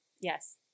Yes